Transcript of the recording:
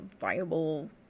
viable